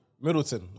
Middleton